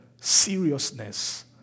seriousness